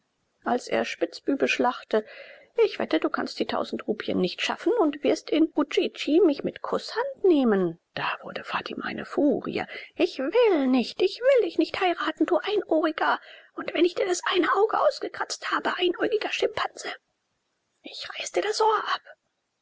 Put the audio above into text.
als er spitzbübisch lachte ich wette du kannst die tausend rupien nicht schaffen und wirst in udjidji mich mit kußhand nehmen da wurde fatima eine furie ich will nicht ich will dich nicht heiraten du einohriger und wenn ich dir das eine auge ausgekratzt habe einäugiger schimpanse ich reiß dir das ohr ab